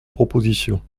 proposition